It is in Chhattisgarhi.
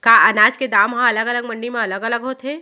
का अनाज के दाम हा अलग अलग मंडी म अलग अलग होथे?